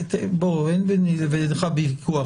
אין ביני לבינך וויכוח.